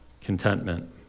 contentment